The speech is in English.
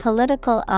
Political